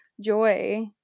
joy